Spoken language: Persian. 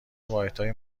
واحدهای